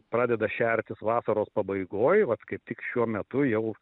pradeda šertis vasaros pabaigoj vat kaip tik šiuo metu jau